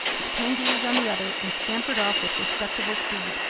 his kangaroos on the other, and scampered off with respectable speed.